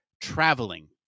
traveling